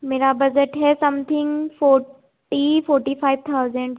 मेरा बज़ट है something forty forty five thousand